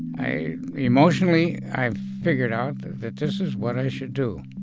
i emotionally, i figured out that this is what i should do